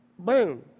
Boom